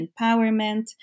empowerment